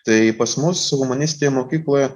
tai pas mus humanistėj mokykloj